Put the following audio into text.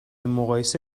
مقایسه